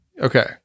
Okay